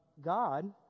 God